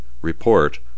REPORT